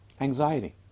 anxiety